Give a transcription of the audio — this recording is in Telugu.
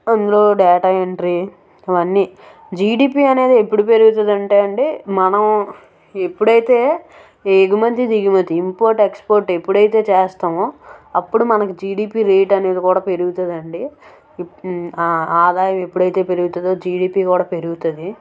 అందులో డేటా ఎంట్రీ అవన్నీ జీడీపీ అనేది ఎప్పుడు పెరుగుతుంది అంటే అండి మనం ఎప్పుడు అయితే ఎగుమతి దిగుమతి ఇంపోర్ట్ ఎక్స్పోర్ట్ ఎప్పుడు అయితే చేస్తామో అప్పుడు మనకి జీడీపీ రేటు అనేది కూడా పెరుగుతుంది అండి ఇప్ ఆదాయం ఎప్పుడు అయితే పెరుగుతుందో జీడీపీ కూడా పెరుగుతుంది